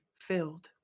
filled